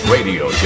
Radio